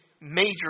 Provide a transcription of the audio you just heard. major